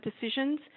decisions